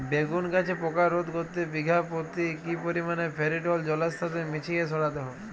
বেগুন গাছে পোকা রোধ করতে বিঘা পতি কি পরিমাণে ফেরিডোল জলের সাথে মিশিয়ে ছড়াতে হবে?